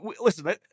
listen